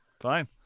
fine